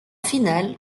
final